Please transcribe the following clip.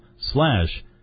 slash